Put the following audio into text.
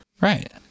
Right